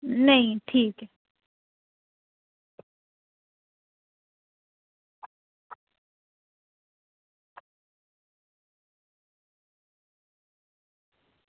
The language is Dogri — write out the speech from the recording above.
नेईं ठीक